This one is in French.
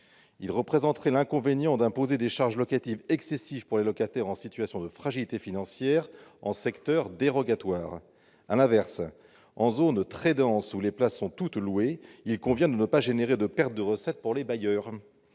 présenterait l'inconvénient d'imposer des charges locatives excessives pour les locataires en situation de fragilité financière en secteur dérogatoire. À l'inverse, en zone très dense où les places sont toutes louées, il convient de ne pas générer de pertes de recettes pour les bailleurs.